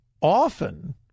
often